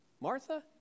Martha